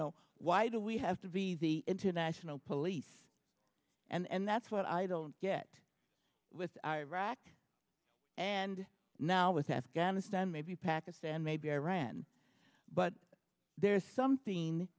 know why the we have to be the international police and that's what i don't get with iraq and now with afghanistan maybe pakistan maybe iran but there is something